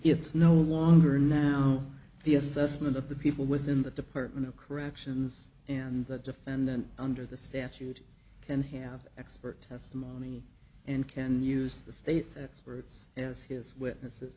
it's no longer now the assessment of the people within the department of corrections and that defendant under the statute can have expert testimony and can use the state that's where it's as his witnesses